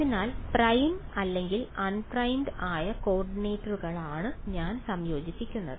അതിനാൽ പ്രൈംഡ് അല്ലെങ്കിൽ അൺപ്രൈംഡ് ആയ കോർഡിനേറ്റുകളെയാണ് ഞാൻ സംയോജിപ്പിക്കുന്നത്